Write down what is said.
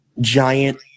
giant